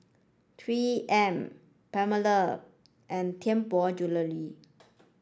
Three M Palmer and Tianpo Jewellery